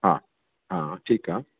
हा हां हा ठीकु आहे